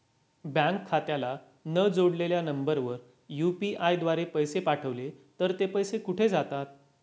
Bank खात्याला न जोडलेल्या नंबरवर यु.पी.आय द्वारे पैसे पाठवले तर ते पैसे कुठे जातात?